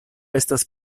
estas